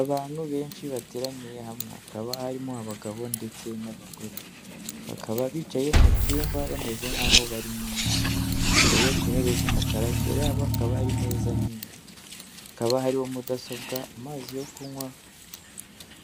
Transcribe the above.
Abantu benshi bateraniye hamwe, hakaba harimo abagabo ndetse n'abagore, bakaba bicaye mu cyumba bameze nk'aho bari mu nama, bicaye ku ntebe z'umukara, imbere yabo hakaba ari meza nini, hakaba hariho mudasobwa, amazi yo kunywa,